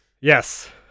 Yes